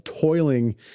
toiling